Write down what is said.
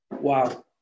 Wow